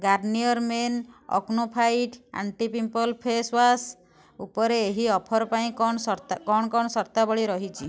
Garnier men acno fight anti pimple face wash ଉପରେ ଏହି offer ପାଇଁ କ'ଣ ସର୍ତ୍ତା କ'ଣ କ'ଣ ସର୍ତ୍ତାବଳୀ ରହିଛି